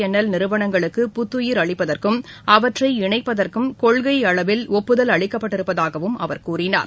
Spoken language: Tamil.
என் எல் நிறுவனங்களுக்கு புத்தயிர் அளிப்பதற்கும் அவற்றை இணைப்பதற்கும் கொள்கை அளவில் ஒப்புதல் அளிக்கப்பட்டிருப்பதாகவும் அவர் கூறினார்